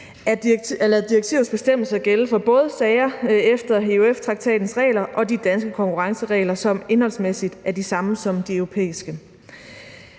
lade direktivets bestemmelser gælde for både sager efter EUF-traktatens regler og de danske konkurrenceregler, som indholdsmæssigt er de samme som de europæiske.